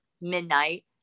midnight